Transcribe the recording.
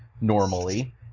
normally